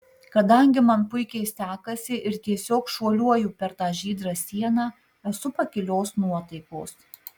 kadangi man puikiai sekasi ir tiesiog šuoliuoju per tą žydrą sieną esu pakilios nuotaikos